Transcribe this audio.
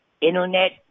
internet